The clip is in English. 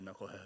knucklehead